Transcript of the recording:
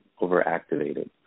overactivated